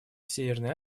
северной